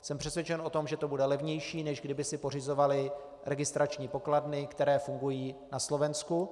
Jsem přesvědčen o tom, že to bude levnější, než kdyby si pořizovali registrační pokladny, které fungují na Slovensku.